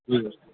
हुँ